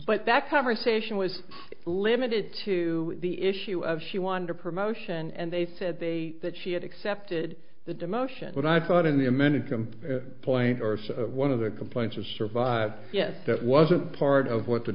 but that conversation was limited to the issue of she wanted a promotion and they said they that she had accepted the demotion but i thought in the amended can point or one of the complaints or survive yet that wasn't part of what the